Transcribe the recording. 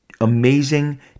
amazing